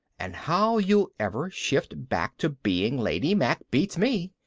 and how you'll ever shift back to being lady mack beats me.